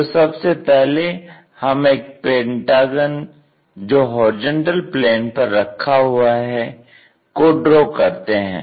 तो सबसे पहले हम एक पेंटागन जो होरिजेंटल प्लेन पर रखा हुआ है को ड्रॉ करते हैं